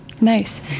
Nice